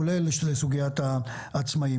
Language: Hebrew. כולל לסוגיית העצמאים.